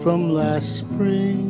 from last spring